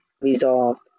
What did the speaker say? resolved